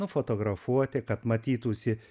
nufotografuoti kad matytųsi